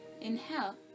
Inhale